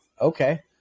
okay